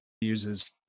uses